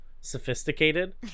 sophisticated